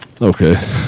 Okay